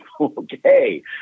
Okay